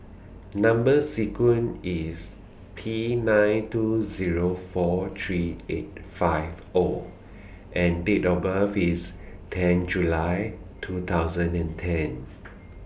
Number sequence IS T nine two Zero four three eight five O and Date of birth IS ten July two thousand and ten